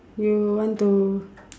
you want to